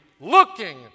looking